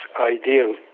ideal